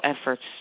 efforts